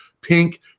pink